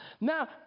Now